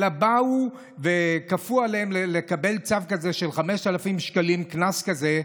באו וכפו עליהם לקבל צו כזה של 5,000 שקלים קנס כזה,